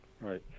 right